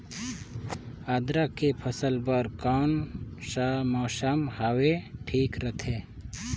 अदरक के फसल बार कोन सा मौसम हवे ठीक रथे?